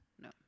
no